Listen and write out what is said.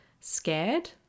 scared